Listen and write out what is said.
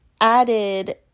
added